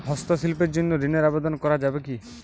হস্তশিল্পের জন্য ঋনের আবেদন করা যাবে কি?